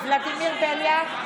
בהצבעה ולדימיר בליאק,